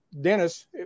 Dennis